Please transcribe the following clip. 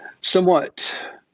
somewhat